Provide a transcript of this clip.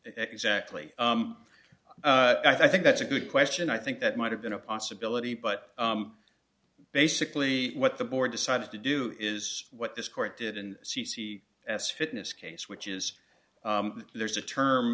exactly i think that's a good question i think that might have been a possibility but basically what the board decided to do is what this court did and c s fitness case which is that there's a term